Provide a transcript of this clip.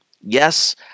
Yes